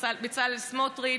בצלאל סמוטריץ,